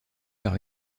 par